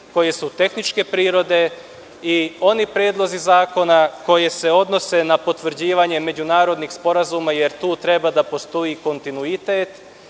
koji su tehničke prirode i oni predlozi zakona koji se odnose na potvrđivanje međunarodnih sporazuma, jer tu treba da postoji kontinuitet.